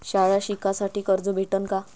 शाळा शिकासाठी कर्ज भेटन का?